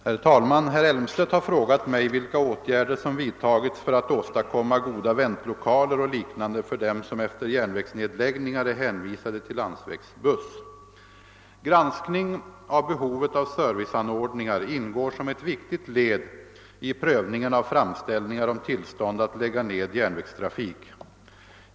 Herr talman! Herr Elmstedt har frågat mig, vilka åtgärder som vidtagits för att åstadkomma goda väntlokaler och liknande för dem som efter järnvägsnedläggningar är hänvisade till landsvägsbuss. Granskning av behovet av serviceanordningar ingår som ett viktigt led i prövningen av framställningar om tillstånd att lägga ned järnvägstrafik.